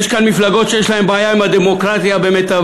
יש כאן מפלגות שיש להן בעיה עם הדמוקרטיה במיטבה,